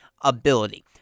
ability